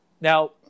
Now